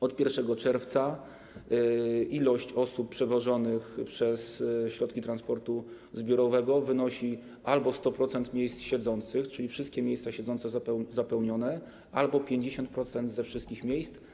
Od 1 czerwca liczba osób przewożonych przez środki transportu zbiorowego obejmuje albo 100% miejsc siedzących, czyli wszystkie miejsca siedzące są zapełnione, albo 50% wszystkich miejsc.